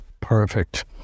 Perfect